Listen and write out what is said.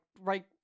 right